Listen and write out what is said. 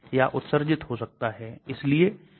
Prodrug अपने आप में कोई गतिविधि नहीं रखते हैं